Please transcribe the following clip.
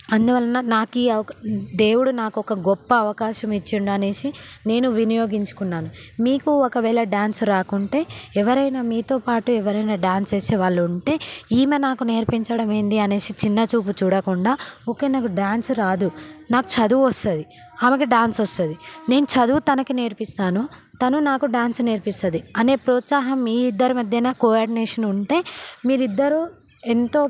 అందువలన నాకు ఈ అవ దేవుడు నాకు ఒక గొప్ప అవకాశం ఇచ్చిండు అనేసి నేను వినియోగించుకున్నాను మీకు ఒకవేళ డాన్స్ రాకుంటే ఎవరైనా మీతో పాటు ఎవరైనా డాన్స్ చేసే వాళ్ళు ఉంటే ఈమె నాకు నేర్పించడం ఏంది అనేసి చిన్న చూపు చూడకుండా ఓకే నాకు డాన్స్ రాదు నాకు చదువు వస్తుంది ఆమెకి డాన్స్ వస్తుంది నేను చదువు తనకి నేర్పిస్తాను తను నాకు డాన్స్ నేర్పిస్తుంది అనే ప్రోత్సాహం మీ ఇద్దరు మధ్యన కోఆర్డినేషన్ ఉంటే మీరు ఇద్దరు ఎంతో